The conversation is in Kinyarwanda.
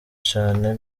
cane